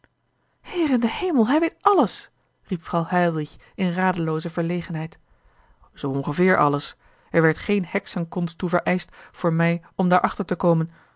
in den hemel hij weet alles riep vrouw heilwich in radelooze verlegenheid zoo ongeveer alles er werd geen heksenkonst toe vereischt voor mij om daarachter te komen